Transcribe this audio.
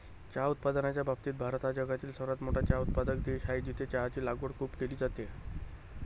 चहा उत्पादनाच्या बाबतीत भारत हा जगातील सर्वात मोठा चहा उत्पादक देश आहे, जिथे चहाची लागवड खूप केली जाते